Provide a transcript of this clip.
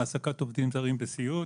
העסקת עובדים זרים בסיעוד.